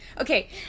Okay